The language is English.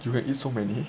you can eat so many